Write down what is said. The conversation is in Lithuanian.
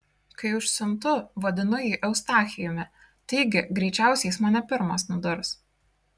kai užsiuntu vadinu jį eustachijumi taigi greičiausiai jis mane pirmas nudurs